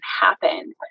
happen